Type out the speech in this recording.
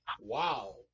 Wow